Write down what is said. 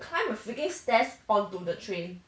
climb a freaking stairs onto the train